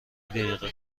دقیقه